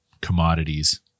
commodities